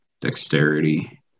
Dexterity